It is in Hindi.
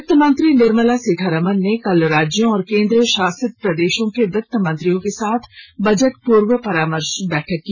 वित्तंमंत्री निर्मला सीतारामन ने कल राज्यों और केन्द्र शासित प्रदेशों के वित्त मंत्रियों के साथ बजट पूर्व परामर्श बैठक की